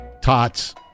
tots